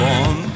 on